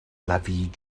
l’avis